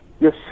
Yes